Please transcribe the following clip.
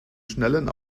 schnellen